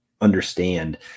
understand